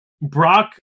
Brock